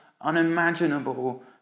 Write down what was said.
unimaginable